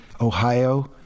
Ohio